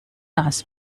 ask